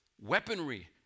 weaponry